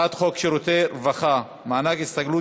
הצעת חוק שירותי רווחה (מענק הסתגלות